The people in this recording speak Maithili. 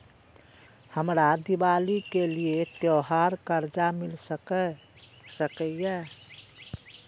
हमरा दिवाली के लिये त्योहार कर्जा मिल सकय?